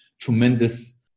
tremendous